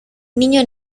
niño